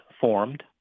formed